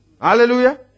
Hallelujah